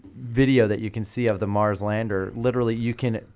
video that you can see of the mars lander literally you can.